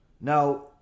Now